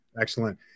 Excellent